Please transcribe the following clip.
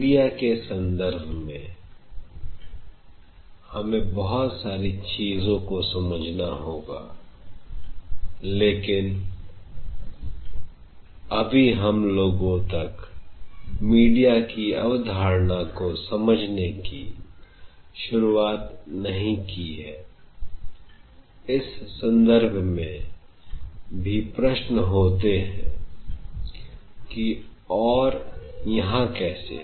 media के संदर्भ में हमें बहुत सारी चीजों को समझना होगा लेकिन अभी हम लोगों अब तक मीडिया की अवधारणा को समझने की शुरुआत नहीं की है I इस संदर्भ में भी प्रश्न होते हैं कि क्यों और यहां कैसे